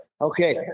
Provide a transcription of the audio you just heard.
Okay